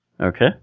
Okay